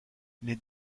les